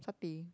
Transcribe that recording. satay